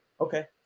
Okay